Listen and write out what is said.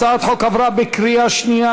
הצעת החוק עברה בקריאה שנייה.